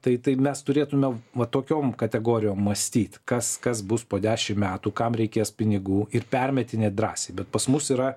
tai tai mes turėtume va tokiom kategorijom mąstyt kas kas bus po dešim metų kam reikės pinigų ir permetinėt drąsiai bet pas mus yra